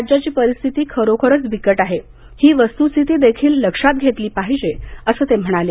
राज्याची परिस्थिती खरोखरच बिकट आहे ही वस्तुस्थिती देखील लक्षात घेतली पाहिजे असं ते म्हणाले